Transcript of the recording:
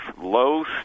low